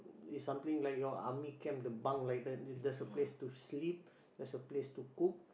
is something like your army camp the bunk like that theres a place to sleep theres a place to cook